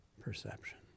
perception